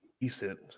decent